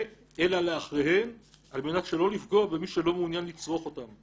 אלא לאחריהם על מנת שלא לפגוע במי שלא מעוניין לצרוך אותם.